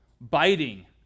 biting